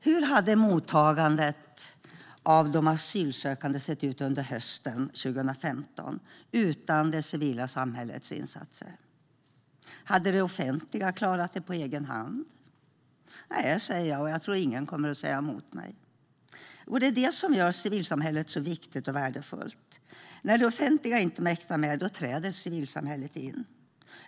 Hur hade mottagandet av de asylsökande sett ut under hösten 2015 utan det civila samhällets insatser? Hade det offentliga klarat det på egen hand? Nej, säger jag, och jag tror inte att någon kommer att säga emot mig. Det är detta som gör civilsamhället så viktigt och värdefullt: När det offentliga inte mäktar med, då träder civilsamhället in.